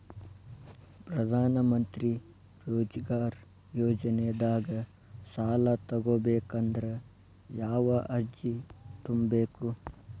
ಪ್ರಧಾನಮಂತ್ರಿ ರೋಜಗಾರ್ ಯೋಜನೆದಾಗ ಸಾಲ ತೊಗೋಬೇಕಂದ್ರ ಯಾವ ಅರ್ಜಿ ತುಂಬೇಕು?